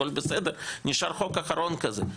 נשאר חוק אחרון כזה.